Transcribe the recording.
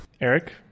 eric